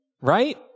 right